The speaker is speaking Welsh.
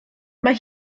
mae